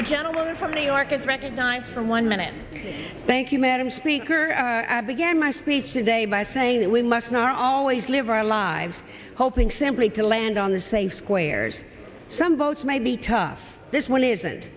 the gentleman from new york is recognized for one minute thank you madam speaker i began my speech today by saying that we must not always live our lives hoping simply to land on the same squares some votes may be tough this one isn't